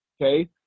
Okay